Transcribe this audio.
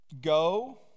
go